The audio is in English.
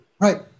Right